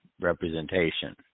representation